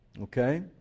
okay